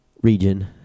Region